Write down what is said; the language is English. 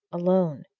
alone,